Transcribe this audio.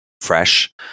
fresh